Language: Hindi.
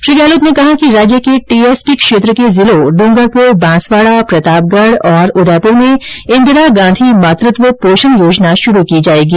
श्री गहलात ने कहा कि राज्य के टीएसपी क्षेत्र के जिलों डूंगरपुर बांसवाड़ा प्रतापगढ और उदयपुर में इंदिरा गांधी मातृत्व पोषण योजना शुरू की जाएगी